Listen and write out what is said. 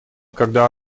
когда